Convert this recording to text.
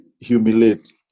humiliate